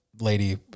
lady